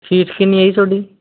fees ਕਿੰਨੀ ਹੈ ਜੀ ਤੁਹਾਡੀ